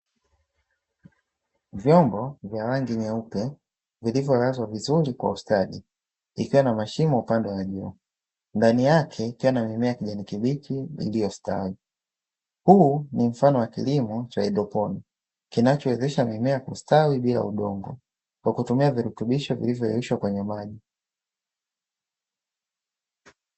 Vyombo vya rangi nyeupe, vilivyolazwa viizuri kwa ustadi, vikiwa na mashimo upande wa juu, ndani yake kukiwa na mimea ya kijani kibichi iliyostawi. Huu ni mfano wa kilimo cha haidroponi, kinachowezesha mimea kustawi bila udongo, kwa kutumia virutubisho vilivyoyeyushwa kwenye maji.